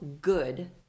good